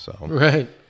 Right